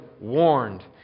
warned